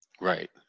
Right